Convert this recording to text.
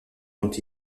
dont